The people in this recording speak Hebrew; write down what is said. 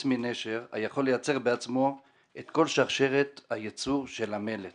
חוץ מ"נשר" היכול לייצר בעצמו את כל שרשרת הייצור של המלט